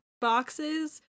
boxes